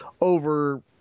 over